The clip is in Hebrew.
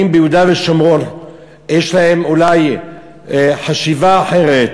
ביהודה ושומרון ויש להם אולי חשיבה אחרת